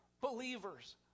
believers